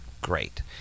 Great